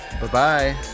Bye-bye